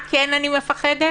מה כן אני מפחדת?